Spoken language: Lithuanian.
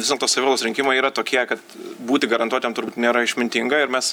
vis dėlto savivaldos rinkimai yra tokie kad būti garantuotam nėra išmintinga ir mes